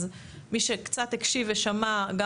אז מי שקצת הקשיב ושמע בדיון הזה,